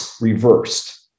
reversed